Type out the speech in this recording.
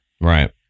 Right